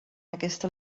aquesta